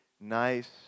nice